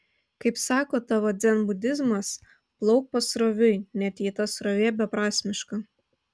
kaip sako tavo dzenbudizmas plauk pasroviui net jei ta srovė beprasmiška